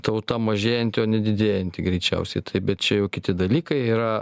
tauta mažėjanti o ne didėjanti greičiausiai taip bet čia jau kiti dalykai yra